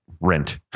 rent